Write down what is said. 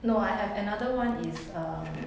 no I have another one is err